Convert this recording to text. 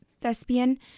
thespian